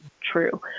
true